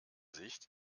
sicht